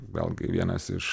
vėlgi vienas iš